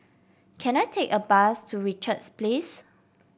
can I take a bus to Richards Place